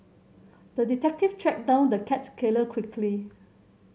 the detective tracked down the cat killer quickly